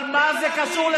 זה קשור.